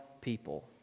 people